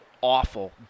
awful